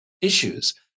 issues